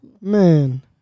Man